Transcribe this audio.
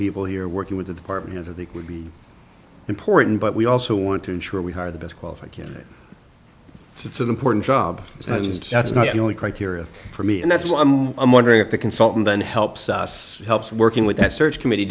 people here working with the department of the would be important but we also want to ensure we hire the best qualified candidate it's an important job and sets not only criteria for me and that's why i'm wondering if the consultant then helps us helps working with that search committee